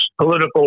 political